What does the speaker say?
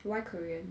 why korean